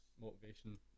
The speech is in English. Motivation